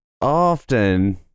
often